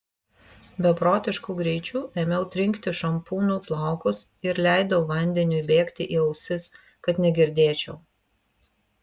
beprotišku greičiu ėmiau trinkti šampūnu plaukus ir leidau vandeniui bėgti į ausis kad negirdėčiau